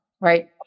right